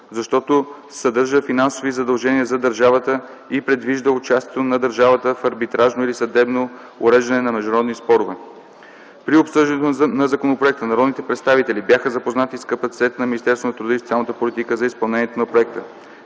защото то съдържа финансови задължения за държавата и предвижда участието на държавата в арбитражно или съдебно уреждане на международни спорове. При обсъждането по законопроекта народните представители бяха запознати с капацитета на Министерството на труда и социалната политика за изпълнението на проекта.